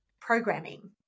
programming